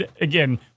again